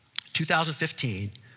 2015